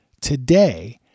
Today